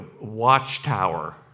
watchtower